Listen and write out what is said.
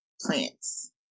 plants